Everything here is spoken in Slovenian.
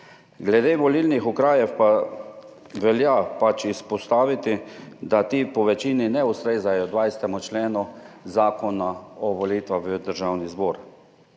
Glede volilnih okrajev pa velja pač izpostaviti, da ti po večini ne ustrezajo 20. členu Zakona o volitvah v Državni zbor.